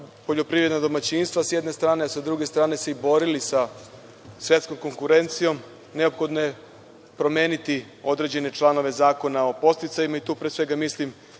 poljoprivredna domaćinstva sa jedne strane, a sa druge se borili sa svetskom konkurencijom, neophodno je promeniti određene članove Zakona o podsticajima. Tu pre svega mislim